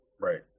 right